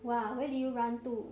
!wah! where did you run to